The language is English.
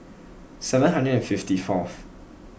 seven hundred and fifty fourth